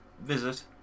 visit